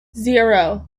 zero